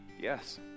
yes